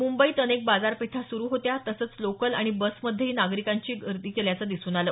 मुंबईत अनेक बाजारपेठा सुरु होत्या तसंच लोकल आणि बस मध्येही नागरीकांनी गर्दी केल्याचं दिसून आलं